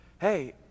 hey